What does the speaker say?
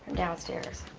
downstairs.